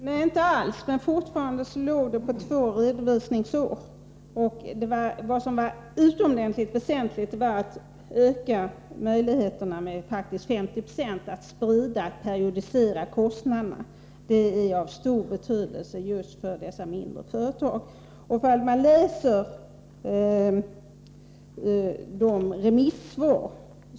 Herr talman! Nej, inte alls! Kompromissförslaget innebar att omställningstiden fortfarande inte skulle omfatta två redovisningsår. Det var utomordentligt väsentligt för de mindre företagen att få till stånd en periodisering av kostnaderna, så att dessa kunde fördelas med vardera 50 96 på två redovisningsår.